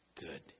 Good